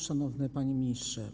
Szanowny Panie Ministrze!